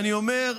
אני אומר: